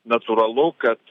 natūralu kad